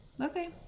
Okay